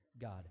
God